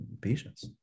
patients